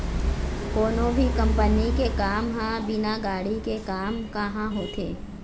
कोनो भी कंपनी के काम ह बिना गाड़ी के काम काँहा होथे